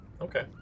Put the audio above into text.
okay